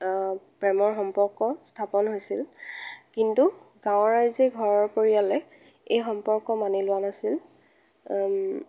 প্ৰেমৰ সম্পৰ্ক স্থাপন হৈছিল কিন্তু গাঁৱৰ ৰাইজে ঘৰৰ পৰিয়ালে এই সম্পৰ্ক মানি লোৱা নাছিল